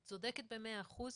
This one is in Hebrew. את צודקת במאה אחוז,